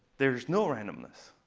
there's no randomness.